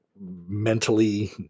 mentally